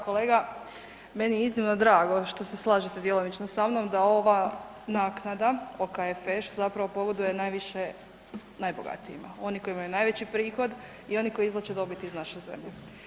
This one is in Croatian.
Kolega meni je iznimno drago što se slažete djelomično sa mnom da ova naknada OKFŠ zapravo pogoduje najviše najbogatijima, oni koji imaju najveći prihod i oni koji izvlače dobit iz naše zemlje.